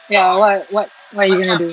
ya ah what what what you gonna do